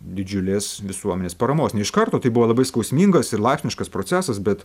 didžiulės visuomenės paramos ne iš karto tai buvo labai skausmingas ir laipsniškas procesas bet